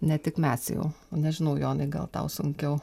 ne tik mes jau nežinau jonai gal tau sunkiau